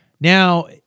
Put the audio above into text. Now